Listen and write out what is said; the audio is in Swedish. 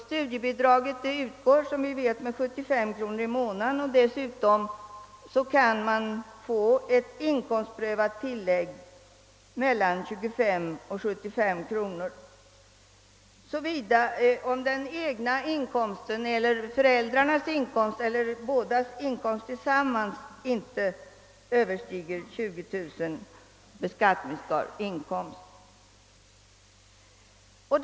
Studiebidraget utgår som vi vet med 75 kronor i månaden. Dessutom kan man få ett inkomstprövat tillägg på mellan 25 och 75 kronor om den egna eller föräldrarnas inkomst — eller den sammanlagda inkomsten — inte överstiger 20 000 kronor i beskattningsbart belopp.